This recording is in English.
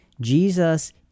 Jesus